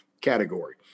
category